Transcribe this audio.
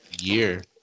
year